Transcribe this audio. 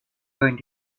going